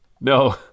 No